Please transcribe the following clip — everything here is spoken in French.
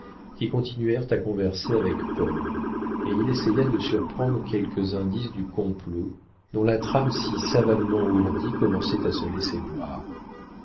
qui continuèrent à converser avec paul et il essaya de surprendre quelques indices du complot dont la trame si savamment ourdie commençait à se laisser voir